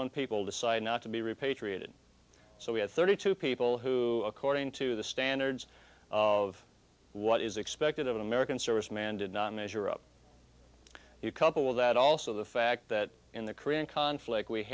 one people decide not to be repatriated so we had thirty two people who according to the standards of what is expected of an american serviceman did not measure up you couple that also the fact that in the korean conflict we